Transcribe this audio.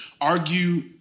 argue